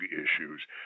issues